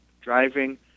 driving